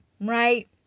Right